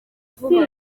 vuba